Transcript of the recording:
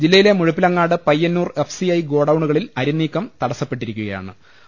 ജില്ലയിലെ Muzhappilangad Payyanur F C I ഗോഡൌണുകളിൽ അരിനീക്കം തടസ്സപ്പെട്ടിരിക്കുകയാ ണ്